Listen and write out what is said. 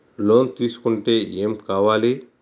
Loan తీసుకుంటే ఏం కావాలి?